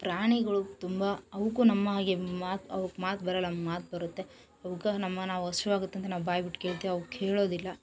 ಪ್ರಾಣಿಗಳು ತುಂಬ ಅವಕ್ಕೂ ನಮ್ಮ ಹಾಗೆ ಮಾತು ಅವಕ್ಕೆ ಮಾತು ಬರೋಲ್ಲ ನಮ್ಗೆ ಮಾತು ಬರುತ್ತೆ ಅವ್ಕೆ ನಮ್ಮ ನಾವು ಹಸ್ವೆ ಆಗುತ್ತೆ ಅಂತ ನಾವು ಬಾಯ್ಬಿಟ್ಟು ಕೇಳ್ತೀವಿ ಅವು ಕೇಳೋದಿಲ್ಲ